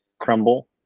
crumble